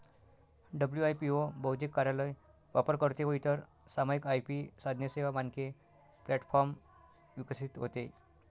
WIPO बौद्धिक कार्यालय, वापरकर्ते व इतर सामायिक आय.पी साधने, सेवा, मानके प्लॅटफॉर्म विकसित होते